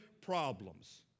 problems